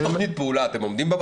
יש תוכנית פעולה, אתם עומדים בה?